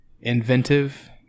Inventive